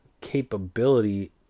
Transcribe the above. Capability